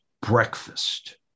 breakfast